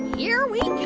here we